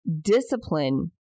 Discipline